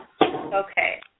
Okay